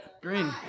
Green